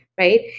Right